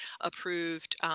approved